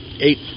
Eight